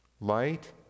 Light